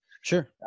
Sure